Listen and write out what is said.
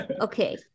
Okay